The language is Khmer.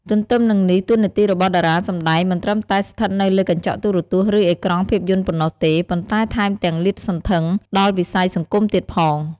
ទទ្ទឹមនឹងនេះ តួនាទីរបស់តារាសម្ដែងមិនត្រឹមតែស្ថិតនៅលើកញ្ចក់ទូរទស្សន៍ ឬអេក្រង់ភាពយន្តប៉ុណ្ណោះទេ ប៉ុន្តែថែមទាំងលាតសន្ធឹងដល់ វិស័យសង្គម ទៀតផង។